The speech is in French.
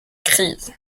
crise